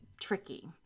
tricky